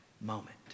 moment